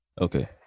Okay